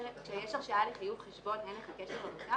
כשיש הרשאה לחיוב חשבון, אין לך קשר למוטב?